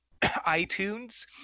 iTunes